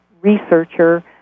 researcher